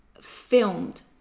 filmed